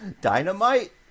Dynamite